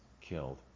killed